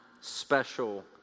special